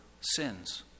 sins